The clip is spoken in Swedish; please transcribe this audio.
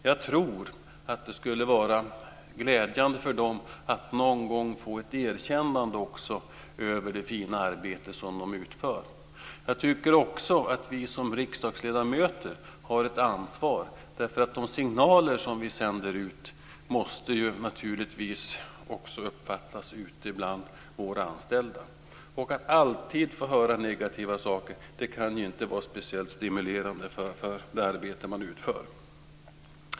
Jag tror att det skulle vara glädjande för dem att någon gång också få ett erkännande för det fina arbete som de utför. Jag tycker också att vi som riksdagsledamöter har ett ansvar, därför att de signaler som vi sänder ut måste naturligtvis också uppfattas ute bland våra anställda. Att alltid få höra negativa saker kan inte vara speciellt stimulerande när det gäller det arbete man utför.